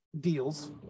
deals